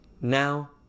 Now